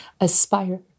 Aspire